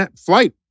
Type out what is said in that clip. flight